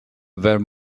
where